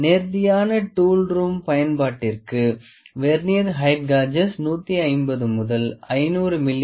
நேர்த்தியான tool room பயன்பாட்டிற்கு vernier height gauges 150 முதல் 500 மி